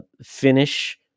finish